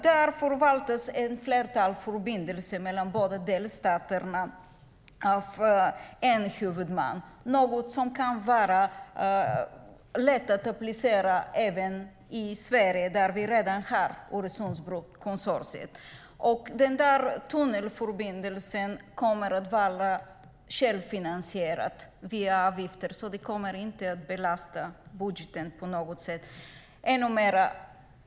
Där förvaltas ett flertal förbindelser mellan båda delstaterna av en huvudman - något som borde vara lätt att applicera även i Sverige där vi redan har Öresundsbrokonsortiet. Tunnelförbindelsen kommer att vara självfinansierad via avgifter, så den kommer inte att belasta budgeten på något sätt.